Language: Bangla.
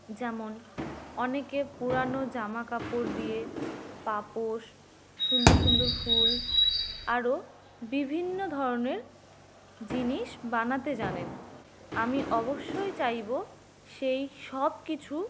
যেমন অনেকে পুরানো জামা কাপড় দিয়ে পাপোশ সুন্দর সুন্দর ফুল আরও বিভিন্ন ধরনের জিনিস বানাতে জানেন আমি অবশ্যই চাইব সেই সব কিছু